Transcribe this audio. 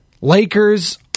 Lakers